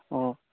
ꯑꯣ